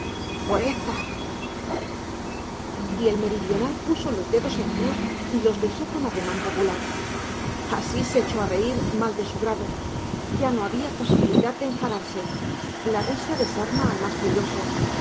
por estas y el meridional puso los dedos en cruz y los besó con ademán popular asís se echó a reír mal de su grado ya no había posibilidad de enfadarse la risa desarma al más furioso